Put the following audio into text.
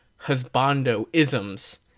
husbando-isms